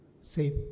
safe